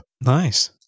Nice